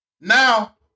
Now